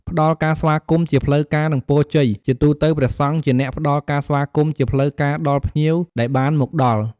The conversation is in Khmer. ព្រះអង្គអាចសូត្រធម៌បន្តិចបន្តួច ឬពោលពាក្យ ប្រគេនពរជ័យ ដើម្បីញ៉ាំងឲ្យភ្ញៀវមានសេចក្ដីសុខ សិរីសួស្ដី និងជោគជ័យគ្រប់ភារកិច្ច។